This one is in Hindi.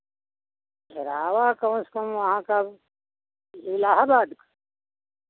किराया कम से कम वहां का इलाहाबाद का